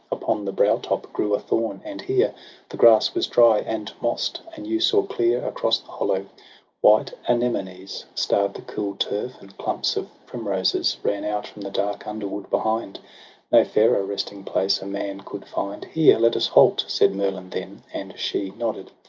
upon the brow-top grew a thorn, and here the grass was dry and moss'd, and you saw clear across the hollow white anemonies starr'd the cool turf, and clumps of primroses ran out from the dark underwood behind no fairer resting-place a man could find. here let us halt said merlin then and she nodded,